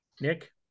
Nick